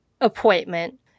appointment